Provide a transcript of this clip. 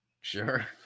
Sure